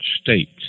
states